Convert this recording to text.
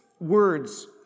words